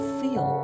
feel